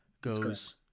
goes